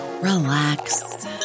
relax